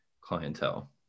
clientele